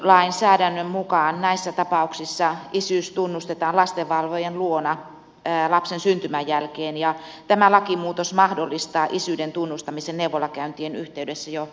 nykylainsäädännön mukaan näissä tapauksissa isyys tunnustetaan lastenvalvojan luona lapsen syntymän jälkeen ja tämä lakimuutos mahdollistaa isyyden tunnustamisen neuvolakäyntien yhteydessä jo ennen syntymää